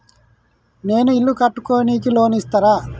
నేను ఇల్లు కట్టుకోనికి లోన్ ఇస్తరా?